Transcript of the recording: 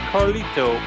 Carlito